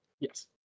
Yes